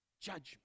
judgment